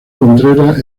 contreras